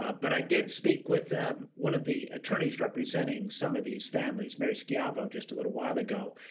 but i did speak with ah one of the attorneys representing some of these families, mary schiavo, just a little while ago.